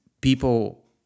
people